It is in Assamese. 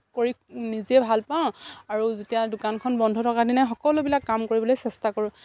কৰি নিজে ভাল পাওঁ আৰু যেতিয়া দোকানখন বন্ধ থকা দিনা সকলোবিলাক কাম কৰিবলৈ চেষ্টা কৰোঁ